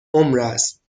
عمرست